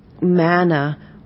manna